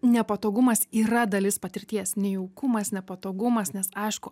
nepatogumas yra dalis patirties nejaukumas nepatogumas nes aišku